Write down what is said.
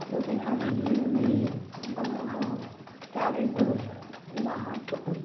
ಸೌತೆಕಾಯಿ ಈರುಳ್ಳಿ tomato carrot ಎಲ್ಲ ಹಾಕ್ಬಿಟ್ಟು